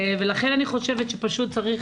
לכן אני חושבת שפשוט צריך